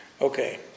Okay